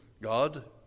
God